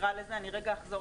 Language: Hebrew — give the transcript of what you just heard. ואני לרגע אחזור